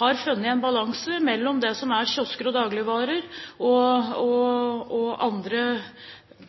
har funnet en balanse mellom det som er kiosker og dagligvareforretninger og